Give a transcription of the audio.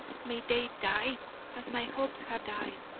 may they die as my hopes have died,